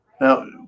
Now